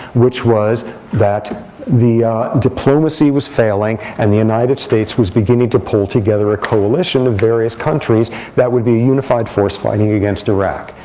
which was that the diplomacy was failing. and the united states was beginning to pull together ah coalition of various countries that would be a unified force fighting against iraq.